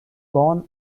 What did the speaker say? gone